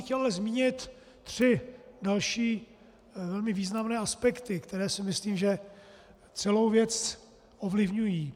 Chtěl bych ale zmínit tři další velmi významné aspekty, které si myslím, že celou věc ovlivňují.